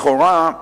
לכאורה,